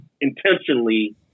intentionally